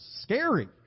scary